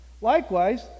Likewise